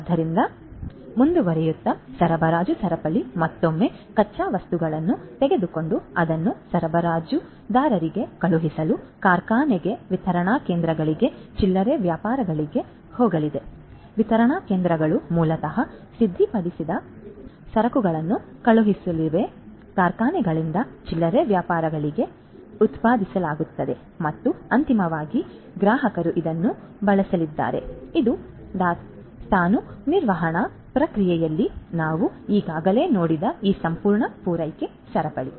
ಆದ್ದರಿಂದ ಮುಂದುವರಿಯುತ್ತಾ ಸರಬರಾಜು ಸರಪಳಿ ಮತ್ತೊಮ್ಮೆ ಕಚ್ಚಾ ವಸ್ತುಗಳನ್ನು ತೆಗೆದುಕೊಂಡು ಅದನ್ನು ಸರಬರಾಜುದಾರರಿಗೆ ಕಳುಹಿಸಲು ಕಾರ್ಖಾನೆಗೆ ವಿತರಣಾ ಕೇಂದ್ರಗಳಿಗೆ ಚಿಲ್ಲರೆ ವ್ಯಾಪಾರಿಗಳಿಗೆ ಹೋಗಲಿದೆ ವಿತರಣಾ ಕೇಂದ್ರಗಳು ಮೂಲತಃ ಸಿದ್ಧಪಡಿಸಿದ ಸರಕುಗಳನ್ನು ಕಳುಹಿಸಲಿವೆ ಕಾರ್ಖಾನೆಗಳಿಂದ ಚಿಲ್ಲರೆ ವ್ಯಾಪಾರಿಗಳಿಗೆ ಉತ್ಪಾದಿಸಲಾಗುತ್ತದೆ ಮತ್ತು ಅಂತಿಮವಾಗಿ ಗ್ರಾಹಕರು ಇದನ್ನು ಬಳಸಲಿದ್ದಾರೆ ಇದು ದಾಸ್ತಾನು ನಿರ್ವಹಣಾ ಪ್ರಕ್ರಿಯೆಯಲ್ಲಿ ನಾವು ಈಗಾಗಲೇ ನೋಡಿದ ಈ ಸಂಪೂರ್ಣ ಪೂರೈಕೆ ಸರಪಳಿ